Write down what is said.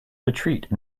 retreat